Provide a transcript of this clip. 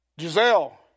Giselle